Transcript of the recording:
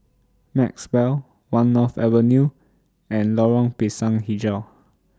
Maxwell one North Avenue and Lorong Pisang Hijau